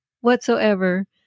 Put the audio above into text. whatsoever